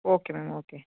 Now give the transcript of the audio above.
okay ma'am okay